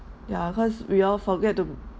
ya cause we all forget to